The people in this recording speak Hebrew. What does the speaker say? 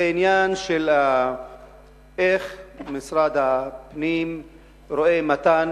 וזה העניין של איך משרד הפנים רואה מתן